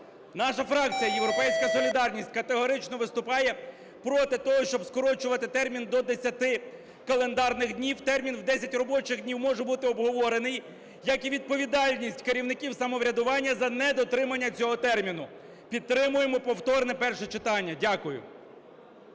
Наша фракція "Європейська солідарність" категорично витупає проти того, щоб скорочувати термін до 10 календарних днів. Термін в 10 робочих днів може бути обговорений як і відповідальність керівників самоврядування за недотримання цього терміну. Підтримуємо повторне перше читання. Дякую.